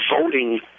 voting